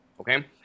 Okay